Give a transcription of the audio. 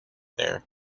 there